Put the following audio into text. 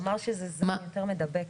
הוא אמר שזה זן יותר מדבק.